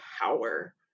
power